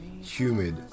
humid